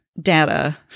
data